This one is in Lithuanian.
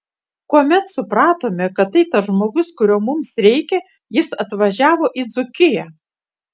kuomet supratome kad tai tas žmogus kurio mums reikia jis atvažiavo į dzūkiją